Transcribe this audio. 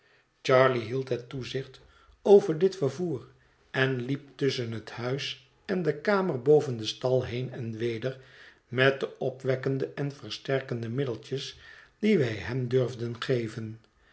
charley hield het toezicht over dit vervoer en liep tusschen het huis en de kamer boven den stal heen en weder met de opwekkende en versterkende middeltjes die wij hem durfden geven